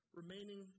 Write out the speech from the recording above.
remaining